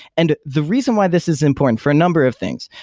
and the reason why this is important, for a number of things,